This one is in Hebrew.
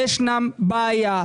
יש בעיה.